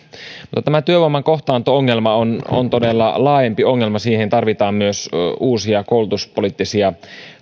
mutta tämä työvoiman kohtaanto ongelma on on todella laajempi ongelma siihen tarvitaan myös uusia koulutuspoliittisia